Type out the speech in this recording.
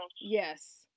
Yes